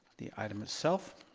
the item itself.